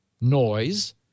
noise